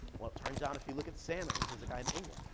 well, turns out if you look at salmon, this is a guy in england,